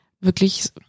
wirklich